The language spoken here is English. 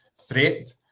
threat